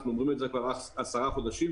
אנחנו אומרים את זה כבר עשרה חודשים,